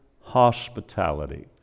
hospitality